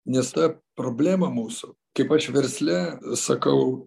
nes ta problema mūsų kaip aš versle sakau